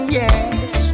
yes